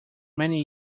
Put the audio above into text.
many